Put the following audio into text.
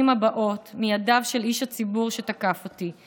הבאות מידיו של איש הציבור שתקף אותי,